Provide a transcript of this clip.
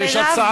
יש הצעה,